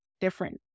different